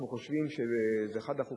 אנחנו חושבים שזה אחד החוקים,